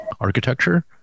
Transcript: architecture